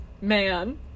Man